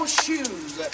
shoes